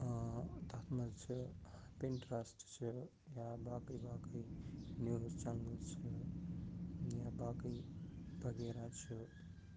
تَتھ منٛز چھِ پِن ٹریشٹ چھِ یا باقٕے باقٕے نِوٕز چینلٕز چھِ یا باقٕے وغیرہ چھُ